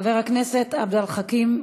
חבר הכנסת עבד אל חכים חאג'